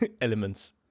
elements